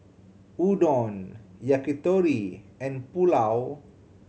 Udon Yakitori and Pulao